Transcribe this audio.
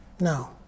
No